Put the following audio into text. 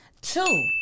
Two